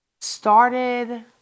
started